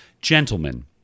Gentlemen